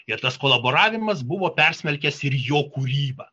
ir tas kolaboravimas buvo persmelkęs ir jo kūryba